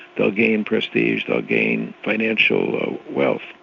they'll gain prestige, they'll gain financial wealth'.